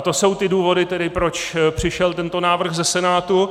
To jsou ty důvody, proč přišel tento návrh ze Senátu.